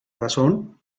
razón